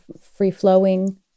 free-flowing